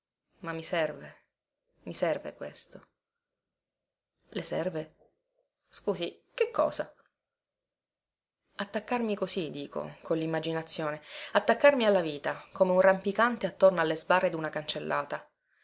ma mi serve i serve questo le serve scusi che cosa attaccarmi così dico con limmaginazione attaccarmi alla vita come un rampicante attorno alle sbarre duna cancellata